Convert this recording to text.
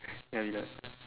ya it's like